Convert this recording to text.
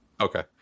Okay